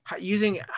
using